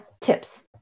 tips